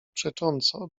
przecząco